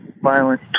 violent